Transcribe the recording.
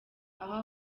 aho